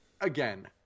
again